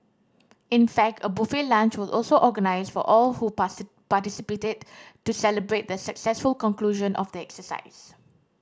in fact a buffet lunch was also organised for all who participated to celebrate the successful conclusion of the exercise